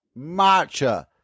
Matcha